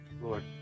Lord